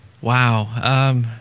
wow